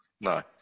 No